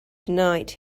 tonight